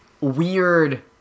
weird